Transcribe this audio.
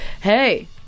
hey